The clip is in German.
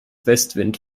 westwind